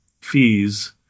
fees